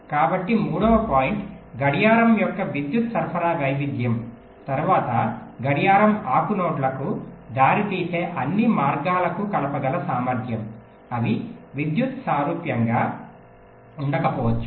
కాబట్టి మూడవ పాయింట్ గడియారం యొక్క విద్యుత్ సరఫరా వైవిధ్యం తరువాత గడియారం ఆకు నోడ్లకు దారితీసే అన్ని మార్గాలకు కలపగల సామర్థ్యం అవి విద్యుత్ సారూప్యంగా ఉండకపోవచ్చు